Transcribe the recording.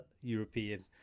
European